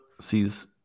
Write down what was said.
Sees